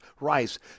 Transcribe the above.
Rice